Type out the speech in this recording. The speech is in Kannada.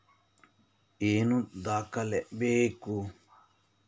ಏನು ದಾಖಲೆ ಬೇಕು?